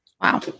Wow